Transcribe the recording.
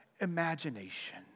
imagination